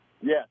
Yes